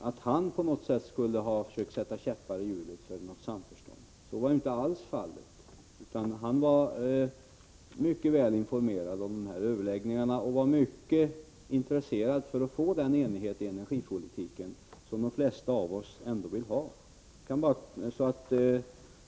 Att han skulle ha försökt sätta käppar i hjulet för ett samförstånd är inte alls fallet. Han var mycket väl informerad om överläggningarna, och han var mycket intresserad av att få till stånd den enighet när det gäller energipolitiken som de flesta av oss ändå vill ha.